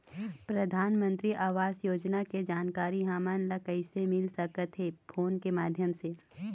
परधानमंतरी आवास योजना के जानकारी हमन ला कइसे मिल सकत हे, फोन के माध्यम से?